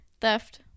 Theft